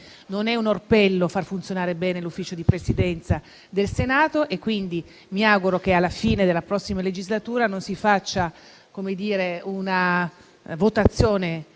non è un orpello far funzionare bene il Consiglio di Presidenza del Senato. Quindi, mi auguro che alla fine della prossima legislatura non si faccia una votazione